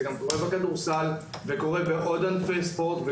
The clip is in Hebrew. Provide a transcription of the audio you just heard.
אבל זה קורה בכדורסל ובענפי ספורט נוספים,